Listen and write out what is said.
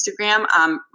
Instagram